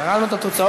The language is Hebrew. קראנו את התוצאות.